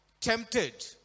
tempted